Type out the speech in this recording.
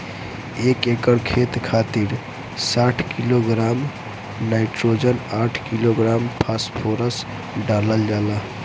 एक एकड़ खेत खातिर साठ किलोग्राम नाइट्रोजन साठ किलोग्राम फास्फोरस डालल जाला?